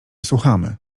słuchamy